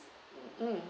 mm